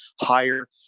higher